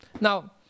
Now